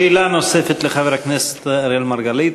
שאלה נוספת לחבר הכנסת אראל מרגלית.